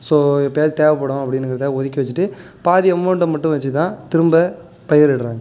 so எப்பயாவது தேவைப்படும் அப்படிங்குறதுக்காக ஒதுக்கி வச்சிட்டு பாதி அமௌண்ட்டை மட்டும் வச்சு தான் திரும்ப பயிரிடுறாங்க